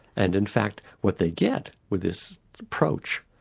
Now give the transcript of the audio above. and in fact what they get with this approach.